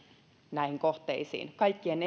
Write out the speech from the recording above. näihin kohteisiin kaikkien